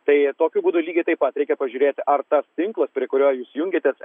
tai tokiu būdu lygiai taip pat reikia pažiūrėti ar tas tinklas prie kurio jūs jungiatės